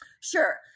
Sure